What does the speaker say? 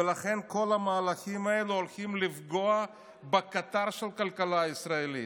ולכן כל המהלכים האלה הולכים לפגוע בקטר של הכלכלה הישראלית,